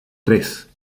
tres